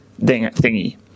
thingy